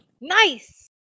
Nice